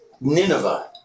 Nineveh